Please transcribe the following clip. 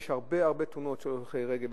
יש הרבה הרבה תאונות של הולכי רגל.